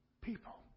people